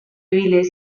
viles